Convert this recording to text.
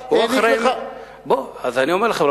אז אני אומר לכם,